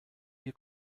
ihr